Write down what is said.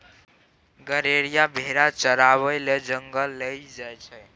गरेरिया भेरा चराबै लेल जंगल लए जाइ छै